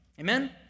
Amen